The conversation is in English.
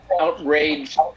outraged